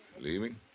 Leaving